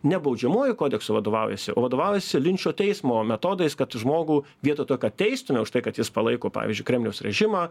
ne baudžiamuoju kodeksu vadovaujasi o vadovaujasi linčo teismo metodais kad žmogų vietoj to kad teistume už tai kad jis palaiko pavyzdžiui kremliaus režimą